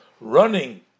Running